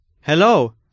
Hello